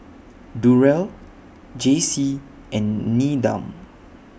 Durell Jaycee and Needham